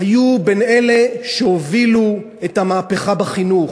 היו בין אלה שהובילו את המהפכה בחינוך,